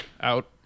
Out